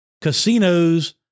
casinos